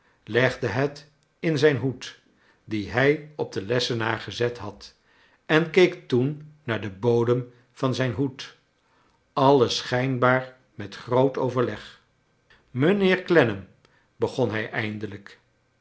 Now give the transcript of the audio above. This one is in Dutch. legde het in zij n hoed dien hij op den lessenaar gezet had en keek toen naar den bodem van zijn hoed alles schijnbaar met groot overleg mijnheer clennam begon hij eindelijk